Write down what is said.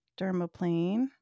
dermaplane